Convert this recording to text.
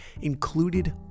included